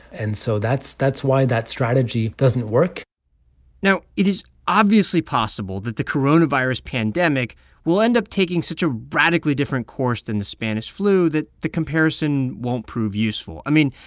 and so that's that's why that strategy doesn't work now, it is obviously possible that the coronavirus pandemic will end up taking such a radically different course than the spanish flu that the comparison won't prove useful. i mean,